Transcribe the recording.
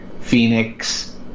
Phoenix